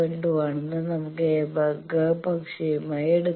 2 ആണെന്ന് നമുക്ക് ഏകപക്ഷീയമായി എടുക്കാം